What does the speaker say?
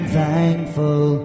thankful